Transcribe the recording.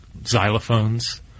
xylophones